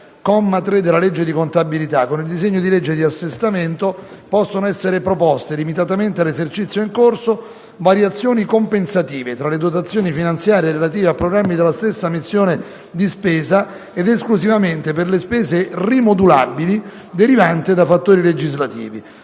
comma 3, della legge di contabilità, con il disegno di legge di assestamento possono essere proposte, limitatamente all'esercizio in corso, variazioni compensative tra le dotazioni finanziarie relative a programmi della stessa missione di spesa ed esclusivamente per le spese rimodulabili derivanti da fattori legislativi.